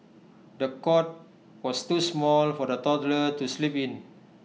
the cot was too small for the toddler to sleep in